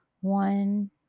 One